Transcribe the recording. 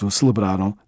celebraram